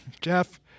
Jeff